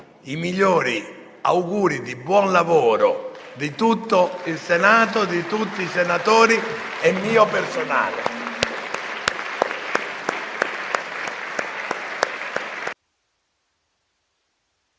i migliori auguri di buon lavoro di tutto il Senato, di tutti i senatori e mio personale.